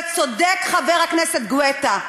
וצודק חבר הכנסת גואטה,